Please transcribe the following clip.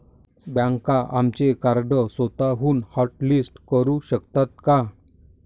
बँका आमचे कार्ड स्वतःहून हॉटलिस्ट करू शकतात का?